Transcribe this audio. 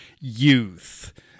youth